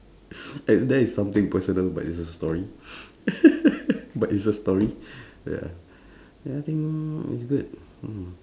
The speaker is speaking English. and that is something personal but it's a story but it's a story ya ya I think it's good mm